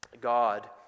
God